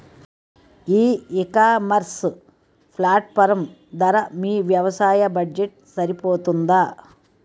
ఈ ecommerce platform ధర మీ వ్యవసాయ బడ్జెట్ సరిపోతుందా?